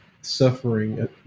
suffering